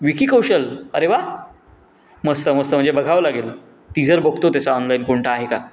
विकी कौशल अरे वा मस्त मस्त म्हणजे बघावं लागेल टीजर बघतो त्याचा ऑनलाईन कोणता आहे का